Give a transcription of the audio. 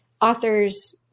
authors